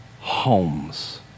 homes